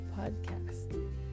podcast